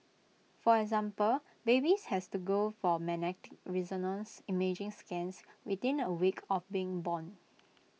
for example babies had to go for magnetic resonance imaging scans within A week of being born